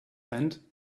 and